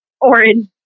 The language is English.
orange